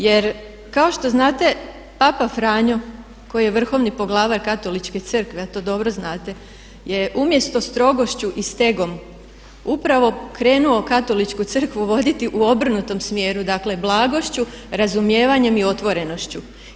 Jer kako što znate Papa Franjo koji je vrhovni poglavar Katoličke crkve a to dobro znate je umjesto strogošću i stegom upravo krenuo Katoličku crkvu voditi u obrnutom smjeru, dakle blagošću, razumijevanjem i otvorenošću.